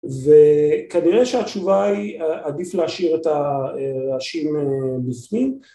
וכנראה שהתשובה היא, עדיף להשאיר את הרעשים בפנים.